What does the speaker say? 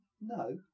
No